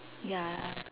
ya